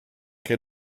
che